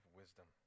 wisdom